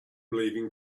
leaving